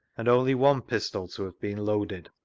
and only one pistol to have been loaded.